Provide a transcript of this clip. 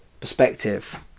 perspective